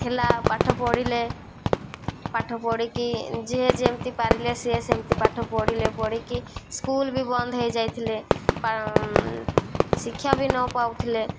ହେଲା ପାଠ ପଢ଼ିଲେ ପାଠ ପଢ଼ିକି ଯିଏ ଯେମିତି ପାରିଲେ ସିଏ ସେମିତି ପାଠ ପଢ଼ିଲେ ପଢ଼ିକି ସ୍କୁଲ ବି ବନ୍ଦ ହେଇଯାଇଥିଲେ ଶିକ୍ଷା ବି ନ ପାଉଥିଲେ